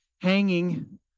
hanging